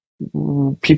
people